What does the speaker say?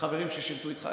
חברים ששירתו איתך,